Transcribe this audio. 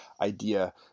idea